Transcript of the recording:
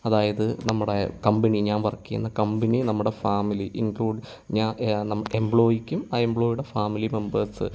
അതായത് നമ്മുടെ കമ്പനി ഞാൻ വർക്കെയ്യുന്ന കമ്പനി നമ്മുടെ ഫാമിലി ഇൻക്ലൂഡ് ഞാൻ എംപ്ലോയിക്കും ആ എംപ്ലോയുടെ ഫാമിലി മെമ്പേർസ്